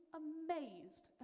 amazed